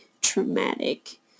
traumatic